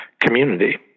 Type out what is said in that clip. community